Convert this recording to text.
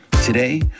Today